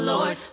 Lord